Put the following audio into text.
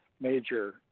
major